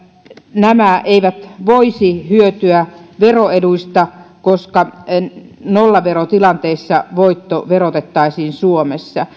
nämä eivät voisi hyötyä veroeduista koska nollaverotilanteissa voitto verotettaisiin suomessa